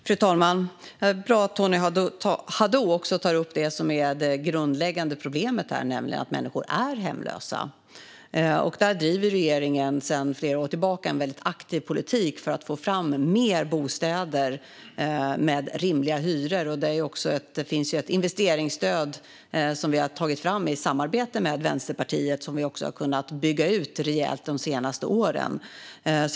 Fru talman! Det är bra att Tony Haddou också tar upp det som är det grundläggande problemet, nämligen att människor är hemlösa. Där driver regeringen sedan flera år tillbaka en väldigt aktiv politik för att få fram fler bostäder med rimliga hyror. Det finns ett investeringsstöd som vi har tagit fram i samarbete med Vänsterpartiet och som vi också har kunnat bygga ut rejält de senaste åren.